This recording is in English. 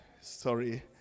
sorry